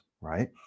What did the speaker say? right